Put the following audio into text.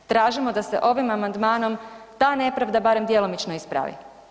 Tražimo da se ovim amandmanom ta nepravda barem djelomično ispravi.